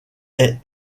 est